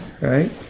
right